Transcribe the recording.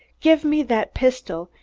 give me that pistol!